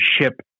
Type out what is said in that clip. ship